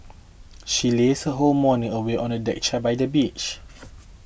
she lazed her whole morning away on a deck chair by the beach